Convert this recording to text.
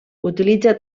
utilitza